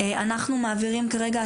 אנחנו מעבירים כרגע,